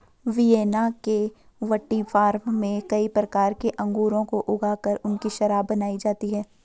Vienna के विटीफार्म में कई प्रकार के अंगूरों को ऊगा कर उनकी शराब बनाई जाती है